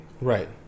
Right